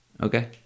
Okay